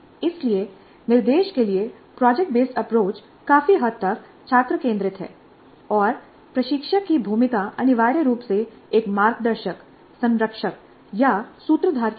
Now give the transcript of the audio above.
इसलिए निर्देश के लिए प्रोजेक्ट बेस्ड अप्रोच काफी हद तक छात्र केंद्रित है और प्रशिक्षक की भूमिका अनिवार्य रूप से एक मार्गदर्शक संरक्षक या सूत्रधार की तरह है